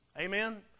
Amen